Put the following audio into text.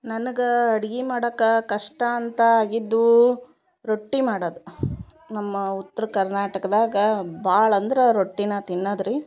ನನಗಾ ಅಡಿಗಿ ಮಾಡಕ್ಕಾ ಕಷ್ಟ ಅಂತ ಆಗಿದ್ದು ರೊಟ್ಟಿ ಮಾಡದು ನಮ್ಮ ಉತ್ರ ಕರ್ನಾಟಕದಾಗ ಭಾಳ್ ಅಂದರಾ ರೊಟ್ಟಿನ ತಿನ್ನದ್ರಿ